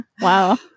Wow